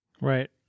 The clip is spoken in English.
Right